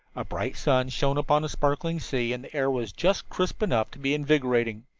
a bright sun shone upon a sparkling sea, and the air was just crisp enough to be invigorating.